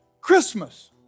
Christmas